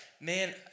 man